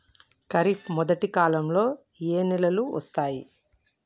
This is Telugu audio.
ఖరీఫ్ మొదటి కాలంలో ఏ నెలలు వస్తాయి?